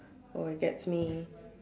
or it gets me